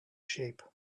shape